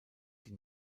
die